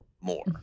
more